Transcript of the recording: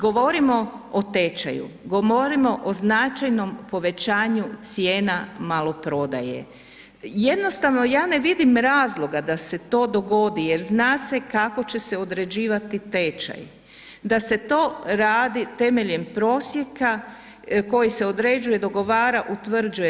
Govorimo o tečaju, govorimo o značajnom povećanju cijena maloprodaje, jednostavno ja ne vidim razloga da se to dogodi jer zna se kako će se određivati tečaj, da se to radi temeljem prosjeka koji se određuje, dogovara, utvrđuje.